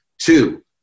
two